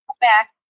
back